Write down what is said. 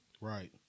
Right